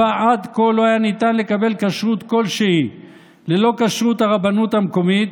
שבה עד כה לא היה ניתן לקבל כשרות כלשהי ללא כשרות הרבנות המקומית,